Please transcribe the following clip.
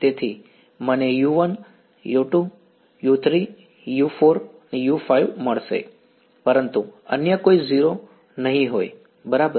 તેથી મને u1 u2 u3 u4 u5 મળશે પરંતુ અન્ય કોઈ 0 નહીં હોય બરાબર